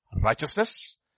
Righteousness